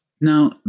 Now